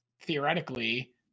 theoretically